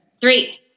Three